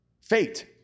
fate